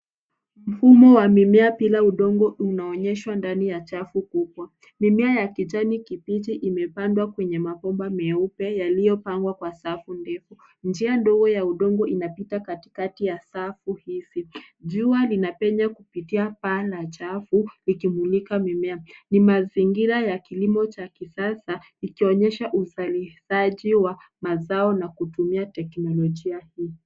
Mfumo wa mimea bila udongo unaonyeshwa ndani ya trafu kubwa. Mimea ya kijani kibichi imepandwa kwenye mabomba meupe yaliyopangwa kwa safu ndefu. Njia ndogo ya udongo inayopitapita katikati ya safu hizi. Jua linapenya kupitia paa la trafu likimulika mimea. Ni mazingira ya kilimo cha kisasa ikionyesha uzalishaji wa mazao na kutumia teknolojia hii.